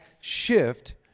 Shift